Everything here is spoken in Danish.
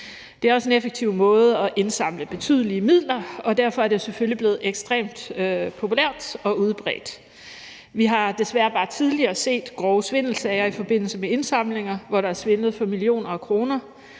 Det er også en effektiv måde at indsamle betydelige midler på, og derfor er det selvfølgelig blevet ekstremt populært og udbredt. Vi har desværre bare tidligere set grove svindelsager i forbindelse med indsamlinger, hvor der er svindlet for millioner af kroner.